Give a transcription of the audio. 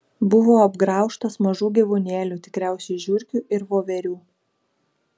buvo apgraužtas mažų gyvūnėlių tikriausiai žiurkių ir voverių